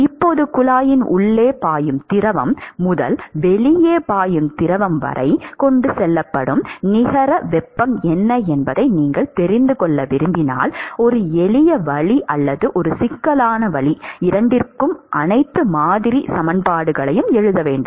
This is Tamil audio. இப்போது குழாயின் உள்ளே பாயும் திரவம் முதல் வெளியே பாயும் திரவம் வரை கொண்டு செல்லப்படும் நிகர வெப்பம் என்ன என்பதை நீங்கள் தெரிந்து கொள்ள விரும்பினால் ஒரு எளிய வழி அல்லது ஒரு சிக்கலான வழி இரண்டிற்கும் அனைத்து மாதிரி சமன்பாடுகளையும் எழுத வேண்டும்